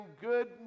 good